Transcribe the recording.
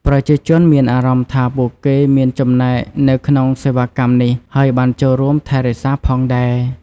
ប្រជាជនមានអារម្មណ៍ថាពួកគេមានចំណែកនៅក្នុងសេវាកម្មនេះហើយបានចូលរួមថែរក្សាផងដែរ។